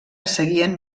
seguien